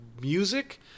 music